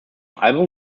album